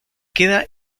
queda